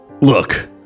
Look